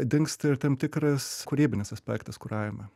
dingsta ir tam tikras kūrybinis aspektas kuravime